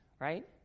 right